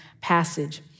passage